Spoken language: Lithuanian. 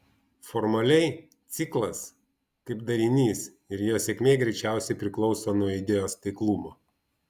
formaliai ciklas kaip darinys ir jo sėkmė greičiausiai priklauso nuo idėjos taiklumo